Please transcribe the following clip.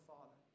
Father